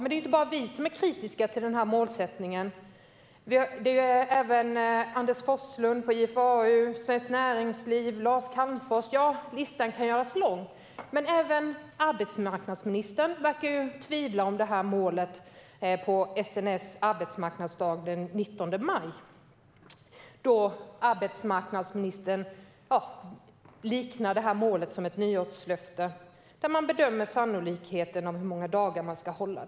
Men det är inte bara vi som är kritiska till målsättningen. Det är även Anders Forslund på IFAU, Svenskt Näringsliv och Lars Calmfors. Listan kan göras lång. Även arbetsmarknadsministern verkade tvivla på det här målet på SNS arbetsmarknadsdag den 19 maj. Då liknade arbetsmarknadsministern målet vid ett nyårslöfte för vilket man bedömer sannolikheten för hur många dagar det kan hållas.